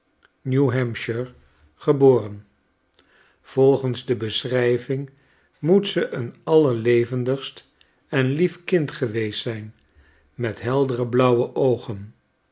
new-hampshire geboren volgens de beschrijving moet ze een allerlevendigst en lief kind geweest zijn met heldere blauwe oogen